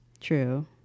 True